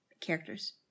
characters